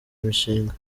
imishinga